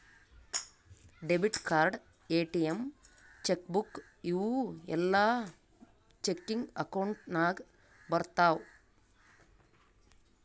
debit card, ATM, cheque book ಇವೂ ಎಲ್ಲಾ checking account ನಾಗ್ ಬರ್ತಾವ್